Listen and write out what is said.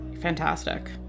fantastic